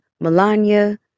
Melania